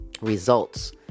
results